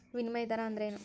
ವಿನಿಮಯ ದರ ಅಂದ್ರೇನು?